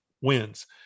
wins